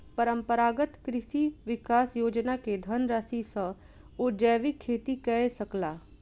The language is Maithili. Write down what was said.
परंपरागत कृषि विकास योजना के धनराशि सॅ ओ जैविक खेती कय सकला